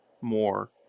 more